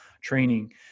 training